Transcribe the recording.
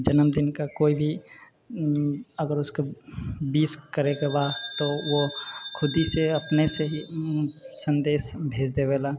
जन्मदिन का कोइ भी अगर उसके विश करैके बा तऽ ओ खुदहीसँ अपनेसँ ही सन्देश भेजि देबैला